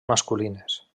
masculines